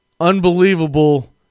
unbelievable